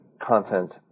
content